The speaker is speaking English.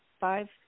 five